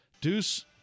Deuce